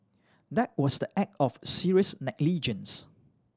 that was the act of serious negligence